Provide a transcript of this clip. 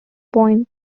point